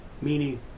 meaning